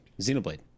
xenoblade